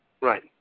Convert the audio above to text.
Right